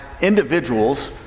individuals